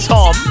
Tom